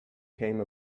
came